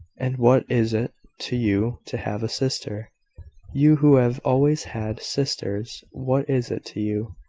and what is it to you to have a sister you who have always had sisters what is it to you,